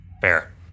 Fair